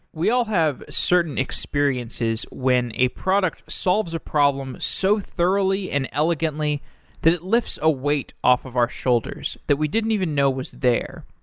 we all have certain experiences when a product solves a problem so thoroughly and eloquently that it lifts a weight off of our shoulders that we didn't even know was there.